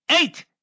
Eight